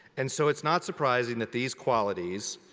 and so it's not surprising that these qualities,